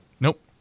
Nope